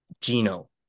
Gino